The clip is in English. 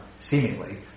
seemingly